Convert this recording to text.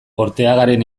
ortegaren